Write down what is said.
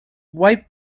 wipe